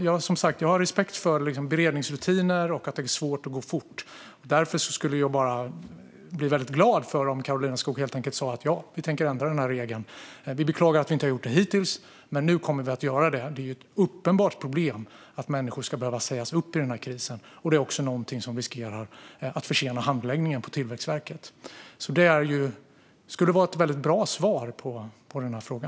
Jag har som sagt respekt för beredningsrutiner och för att det är svårt och går fort. Därför skulle jag bli väldigt glad om Karolina Skog helt enkelt sa: Ja, vi tänker ändra den här regeln. Vi beklagar att vi inte har gjort det hittills, men nu kommer vi att göra det. Det är ett uppenbart problem att människor ska behöva sägas upp i den här krisen, och det riskerar också att försena handläggningen på Tillväxtverket. Det skulle vara ett väldigt bra svar på denna fråga.